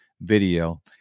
video